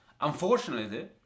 Unfortunately